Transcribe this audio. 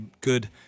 good